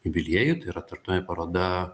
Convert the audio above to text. jubiliejui tai yra tarptautinė paroda